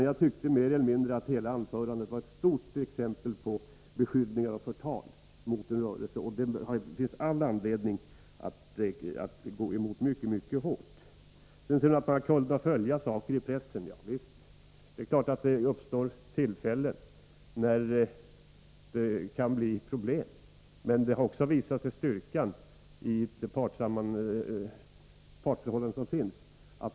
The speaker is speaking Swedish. Jag tyckte att hela anförandet var ett exempel på beskyllningar och förtal mot en rörelse, och det finns all anledning att reagera mycket hårt mot detta. Hon sade också att man har kunnat följa saker i pressen. Det är klart att det uppstår tillfällen då det kan bli problem. Men det har också visat sig vilken styrka som ligger i det partsförhållande som finns.